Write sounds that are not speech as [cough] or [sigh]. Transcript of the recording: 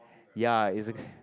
ya it's a [noise]